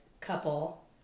couple